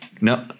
no